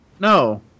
No